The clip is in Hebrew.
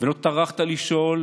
ולא טרחת לשאול,